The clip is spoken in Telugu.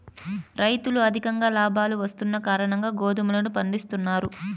రైతులు అధిక లాభాలు వస్తున్న కారణంగా గోధుమలను పండిత్తున్నారు